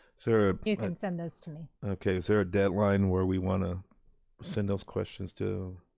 so you can send those to me. okay, is there a deadline where we wanna send those questions to